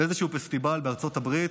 באיזשהו פסטיבל בארצות הברית,